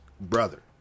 brother